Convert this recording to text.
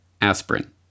aspirin